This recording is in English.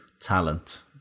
talent